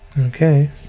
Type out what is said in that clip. Okay